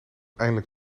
eindelijk